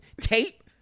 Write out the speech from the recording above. tape